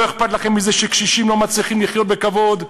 לא אכפת לכם שקשישים לא מצליחים לחיות בכבוד,